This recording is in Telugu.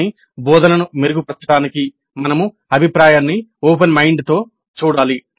కానీ బోధనను మెరుగుపర్చడానికి మనము అభిప్రాయాన్ని ఓపెన్ మైండ్ తో చూడాలి